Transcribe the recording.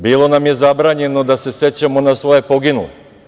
Bilo nam je zabranjeno da se sećamo na svoje poginule.